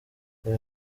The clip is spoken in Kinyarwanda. uyu